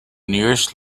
nearest